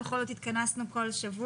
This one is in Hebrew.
בכל זאת התכנסנו כל השבוע,